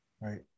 right